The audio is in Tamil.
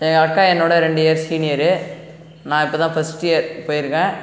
எங்கள் அக்கா என்னை விட ரெண்டு இயர் சீனியர் நான் இப்ப தான் ஃபஸ்ட் இயர் போயிருக்கேன்